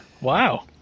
wow